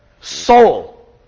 Soul